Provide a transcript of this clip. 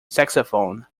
saxophone